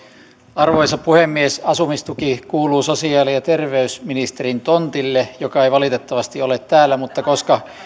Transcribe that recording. arvoisa puhemies asumistuki kuuluu sosiaali ja terveysministerin joka ei valitettavasti ole täällä tontille mutta koska